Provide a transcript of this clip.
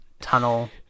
tunnel